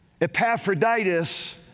Epaphroditus